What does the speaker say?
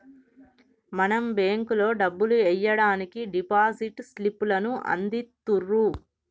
మనం బేంకులో డబ్బులు ఎయ్యడానికి డిపాజిట్ స్లిప్ లను అందిత్తుర్రు